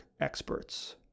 experts